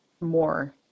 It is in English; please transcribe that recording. more